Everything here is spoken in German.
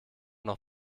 noch